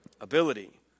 Ability